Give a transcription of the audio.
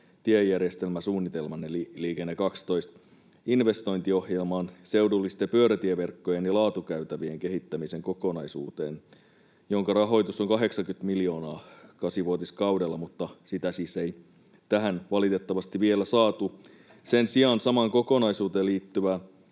tiejärjestelmäsuunnitelman eli Liikenne 12 ‑investointiohjelman seudullisten pyörätieverkkojen ja laatukäytävien kehittämisen kokonaisuuteen, jonka rahoitus on 80 miljoonaa kahdeksanvuotiskaudella, mutta sitä siis ei tähän valitettavasti vielä saatu. Sen sijaan samaan kokonaisuuteen liittyvä